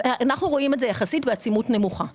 אנחנו רואים את זה בעצימות נמוכה יחסית.